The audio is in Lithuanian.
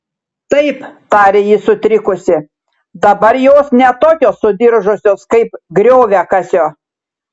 taip tarė ji sutrikusi dabar jos ne tokios sudiržusios kaip grioviakasio